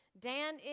Dan